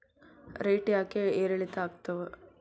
Rate ಯಾಕೆ ಏರಿಳಿತ ಆಗ್ತಾವ?